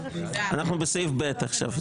אנחנו בסעיף ב' עכשיו.